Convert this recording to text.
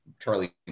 Charlie